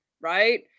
Right